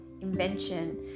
invention